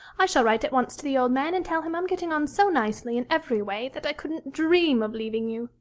i shall write at once to the old man and tell him i'm getting on so nicely in every way that i couldn't dream of leaving you.